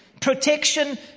Protection